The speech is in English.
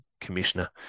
commissioner